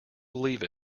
believe